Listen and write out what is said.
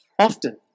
often